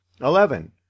eleven